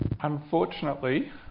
Unfortunately